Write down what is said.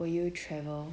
will you travel